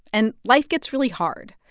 and life gets really hard.